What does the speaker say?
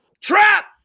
trap